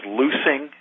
loosing